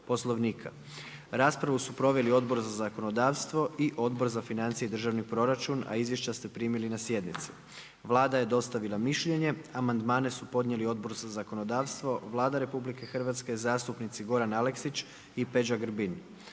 Poslovnika. Raspravu su proveli Odbor za zakonodavstvo i Odbor za financije i državni proračun, a izvješća ste primili na sjednici. Vlada je dostavila mišljenje. Amandmane su podnijeli Odbor za zakonodavstvo, Vlada RH, zastupnici Goran Aleksić i Peđa Grbin.